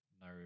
no